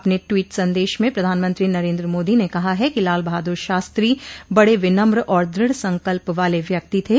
अपने ट्वोट संदेश में प्रधानमंत्री नरेन्द्र मोदी ने कहा है कि लाल बहादर शास्त्री बड विनम्र और दृढ़ संकल्प वाले व्यक्ति थे